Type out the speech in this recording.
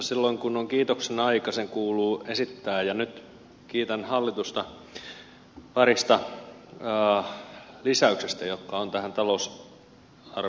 silloin kun on kiitoksen aika se kuuluu esittää ja nyt kiitän hallitusta parista lisäyksestä jotka ovat tähän talousarvioon tulleet